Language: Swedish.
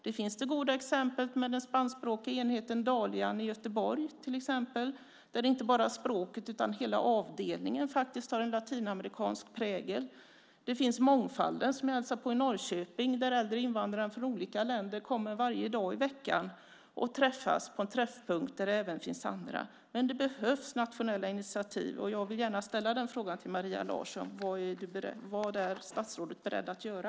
Det finns det goda exemplet med den spanskspråkiga enheten Dalian i Göteborg, där de inte bara talar språket utan hela avdelningen har en latinamerikansk prägel, och också Mångfalden, som jag hälsade på i Norrköping. Där träffas äldre invandrare från olika länder varje dag i veckan på en träffpunkt där det även finns andra. Men det behövs fler nationella initiativ. Och jag vill gärna ställa frågan till Maria Larsson: Vad är statsrådet beredd att göra?